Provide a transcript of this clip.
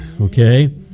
okay